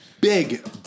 big